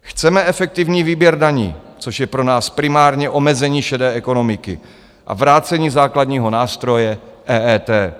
Chceme efektivní výběr daní, což je pro nás primárně omezení šedé ekonomiky, a vrácení základního nástroje EET.